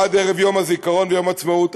עד ערב יום הזיכרון ויום העצמאות,